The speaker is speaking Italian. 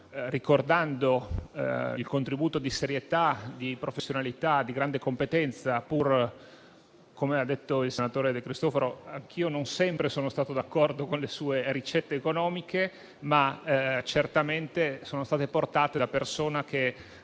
ricordando il contributo di serietà, di professionalità e di grande competenza, anche se - come ha detto il senatore De Cristofaro - anch'io non sempre sono stato d'accordo con le sue ricette economiche, che però sono state certamente portate da